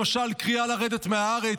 למשל קריאה לרדת מהארץ,